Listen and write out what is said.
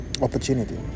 opportunity